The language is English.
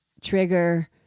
trigger